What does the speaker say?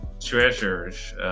treasures